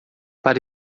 para